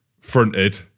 fronted